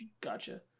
Gotcha